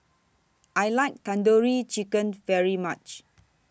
I like Tandoori Chicken very much